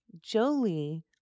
Jolie